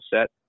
set